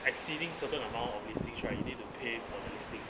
exceeding certain amount of listings right you need to pay for the listing